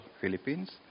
Philippines